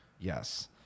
Yes